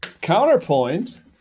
counterpoint